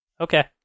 Okay